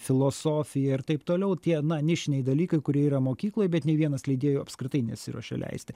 filosofija ir taip toliau tie nišiniai dalykai kurie yra mokykloj bet nei vienas leidėjų apskritai nesiruošia leisti